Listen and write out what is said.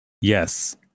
Yes